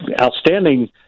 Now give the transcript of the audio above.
outstanding